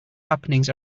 happenings